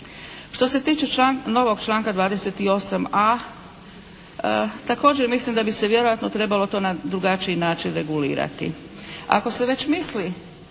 Što se tiče novog članka 28.a također mislim da bi se vjerojatno trebalo to na drugačiji način regulirati. Ako se već misli